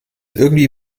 irgendwie